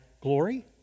glory